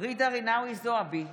ג'ידא רינאוי זועבי,